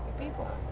people.